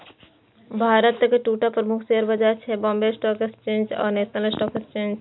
भारतक दूटा प्रमुख शेयर बाजार छै, बांबे स्टॉक एक्सचेंज आ नेशनल स्टॉक एक्सचेंज